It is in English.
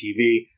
TV